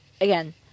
Again